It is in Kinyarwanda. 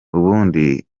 ubundi